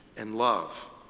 and love.